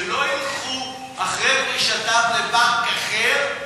שלא ילכו אחרי פרישתם לבנק אחר,